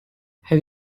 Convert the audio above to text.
have